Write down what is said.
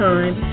Time